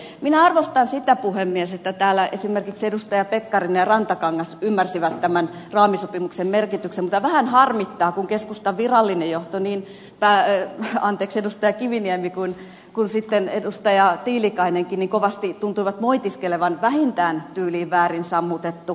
minä arvostan sitä puhemies että täällä esimerkiksi edustajat pekkarinen ja rantakangas ymmärsivät tämän raamisopimuksen merkityksen mutta vähän harmittaa kun keskustan virallinen johto niin edustaja kiviniemi kuin edustaja tiilikainenkin kovasti tuntui moitiskelevan vähintään tyyliin väärin sammutettu